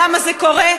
למה זה קורה,